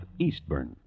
Eastburn